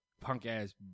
punk-ass